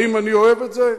האם אני אוהב את זה?